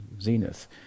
zenith